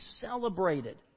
celebrated